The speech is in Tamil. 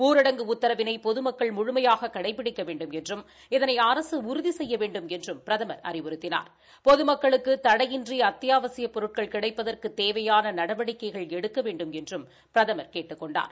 ஊரடங்கு உத்தரவினை பொதுமக்கள் முழுமையாக கடைபிடிக்க வேண்டுமென்றும் இதனை அரசு உறுதி செய்ய வேண்டுமென்றும் பிரதமர் அறிவுறுத்தினார் பொதுமக்களுக்கு தடையின்றி அத்தியாவசியப் பொருட்கள் கிடைப்பதற்கு தேவையான நடவடிக்கைகள் எடுக்க வேண்டுமென்றும் பிரதமர் கேட்டுக் கொண்டார்